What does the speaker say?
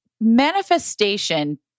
manifestation